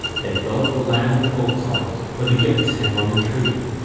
they felt the land of the folk-songs, where the gifts hang on the tree,